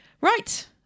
right